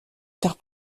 terre